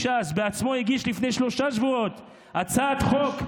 הוא בעצמו הגיש לפני שלושה שבועות הצעת חוק,